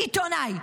"עיתונאי",